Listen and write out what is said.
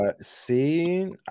see